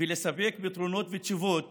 ולספק פתרונות ותשובות